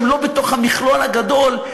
שהן לא בתוך המכלול הגדול,